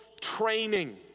training